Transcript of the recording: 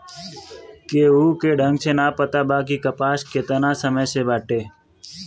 केहू के ढंग से ना पता बा कि कपास केतना समय से बाटे